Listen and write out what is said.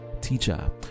teacher